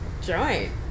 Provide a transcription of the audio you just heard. joint